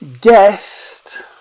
guest